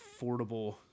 affordable